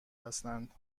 هستند